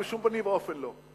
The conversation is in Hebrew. בשום פנים ואופן לא.